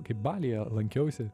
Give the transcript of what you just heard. kai balyje lankiausi